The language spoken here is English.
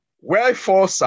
wherefore